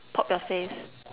pop your face